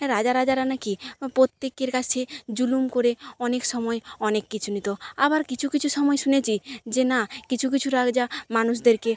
রাজা রাজারা নাকি প্রত্যেকের কাছে জুলুম করে অনেক সময় অনেক কিছু নিতো আবার কিছু কিছু সময় শুনেছি যে না কিছু কিছু রাজা মানুষদেরকে